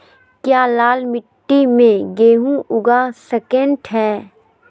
क्या लाल मिट्टी में गेंहु उगा स्केट है?